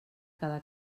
cada